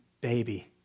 baby